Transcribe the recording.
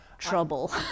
Trouble